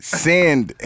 send